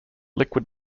liquid